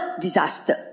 disaster